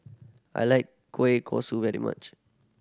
I like kueh kosui very much